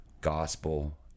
gospel